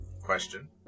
Question